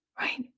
Right